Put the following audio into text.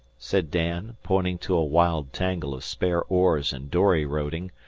said dan, pointing to a wild tangle of spare oars and dory-roding,